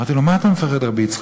אמרתי לו: ממה אתה מפחד, ר' יצחק?